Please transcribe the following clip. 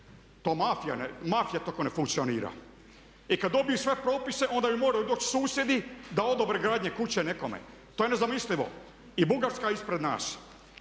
to mafija tako ne funkcionira. I kad dobiju sve po propisima onda moraju doći susjedi da odobre gradnje kuće nekome. To je nezamislivo! I Bugarska je ispred nas.